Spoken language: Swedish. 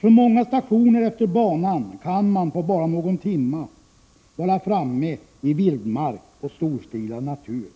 Från många stationer efter banan kan man inom bara någon timme vara framme i vildmark och storstilad natur.